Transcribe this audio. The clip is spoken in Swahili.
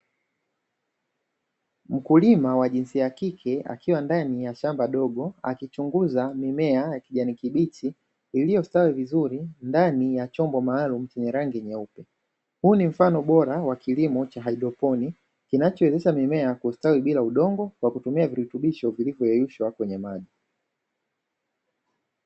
Mkulima wa jinsia ya kike akiwa ndani ya shamba dogo, akichunguza mimea ya kijani kibichi iliyostawi vizuri ndani ya chombo maalumu chenye rangi nyeupe. Huu ni mfano bora wa kilimo cha haidroponi kinachoweza mimea kustawi bila udongo kwa kutumia virutubisho vilivyoyeyushwa kwenye maji.